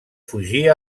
fugir